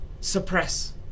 suppress